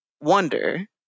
wonder